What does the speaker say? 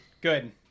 Good